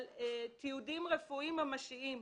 עם תיעוד רפואי ממשי.